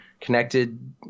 connected